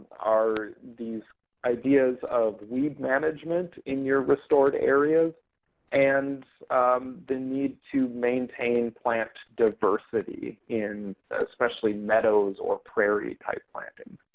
are these ideas of weed management in your restored areas and the need to maintain plant diversity in especially meadows or prairie-type planting.